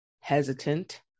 hesitant